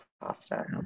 pasta